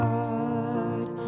God